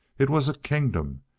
it was a kingdom,